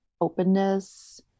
openness